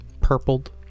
purpled